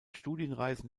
studienreisen